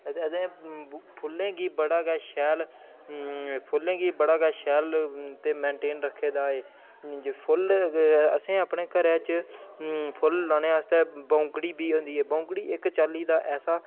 ते अजें फुल्लें गी बड़ा शैल फुल्लें गी बड़ा गै शैल ते मेंटेन रक्खे दा ऐ फुल्ल असें अपने घरै च फुल्ल लाने आस्तै बौंगड़ी बी होंदी ऐ बौंगड़ी बी इक चाल्ली दा ऐसा